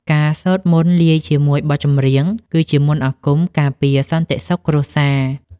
ការសូត្រមន្តលាយជាមួយបទចម្រៀង គឺជាមន្តអាគមការពារសន្តិសុខគ្រួសារ។